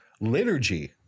liturgy